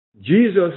Jesus